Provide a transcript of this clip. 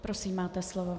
Prosím, máte slovo.